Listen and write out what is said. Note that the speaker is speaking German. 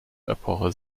epoche